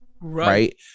Right